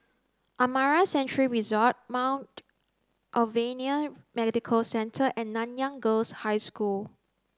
Amara Sanctuary Resort Mount Alvernia Medical Centre and Nanyang Girls' High School